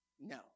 No